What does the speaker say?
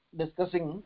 discussing